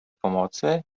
pomocy